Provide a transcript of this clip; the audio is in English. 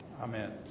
Amen